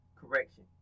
correction